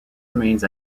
remains